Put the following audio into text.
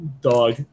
dog